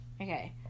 Okay